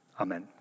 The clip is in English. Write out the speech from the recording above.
Amen